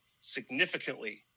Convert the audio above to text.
Significantly